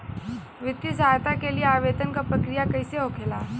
वित्तीय सहायता के लिए आवेदन क प्रक्रिया कैसे होखेला?